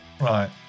Right